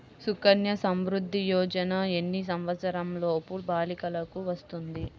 సుకన్య సంవృధ్ది యోజన ఎన్ని సంవత్సరంలోపు బాలికలకు వస్తుంది?